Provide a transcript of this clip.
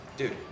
Dude